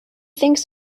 thinks